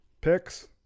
picks